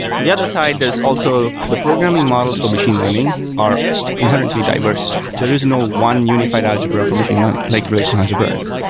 on the other side, there's also the programming models for machine learning are inherently diverse. there is no one unified algebra for machine learning, like relational algebra is.